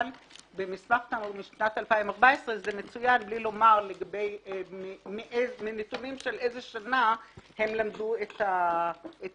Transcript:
אבל במסמך זה מצוין בלי לומר מנתונים של איזו שנה הם למדו את הנושא.